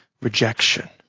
rejection